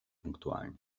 punktualni